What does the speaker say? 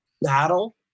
battle